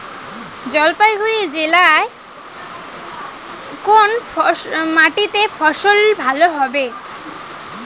জলপাইগুড়ি জেলায় কোন মাটিতে ফসল ভালো হবে?